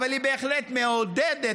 אבל היא בהחלט מעודדת,